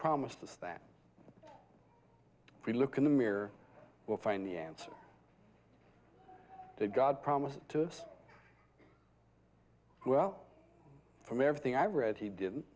promised us that we look in the mirror will find the answer to god promised to us well from everything i've read he didn't